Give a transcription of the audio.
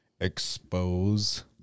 expose